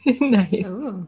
nice